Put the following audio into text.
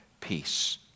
peace